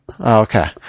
okay